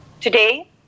Today